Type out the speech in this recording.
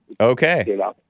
okay